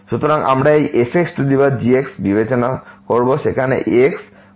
সুতরাং আমরা এই fxg বিবেচনা করবো যেখানে x goes to a